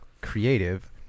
creative